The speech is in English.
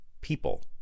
people